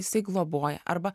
jisai globoja arba